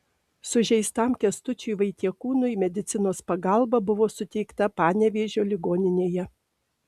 sužeistam kęstučiui vaitiekūnui medicinos pagalba buvo suteikta panevėžio ligoninėje